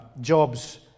jobs